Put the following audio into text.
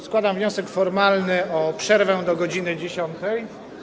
Składam wniosek formalny o przerwę do godz. 10.